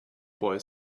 boy